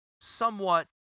somewhat